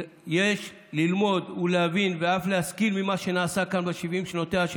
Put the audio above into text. יש ללמוד ולהבין ואף להשכיל ממה שנעשה כאן ב-70 שנותיה של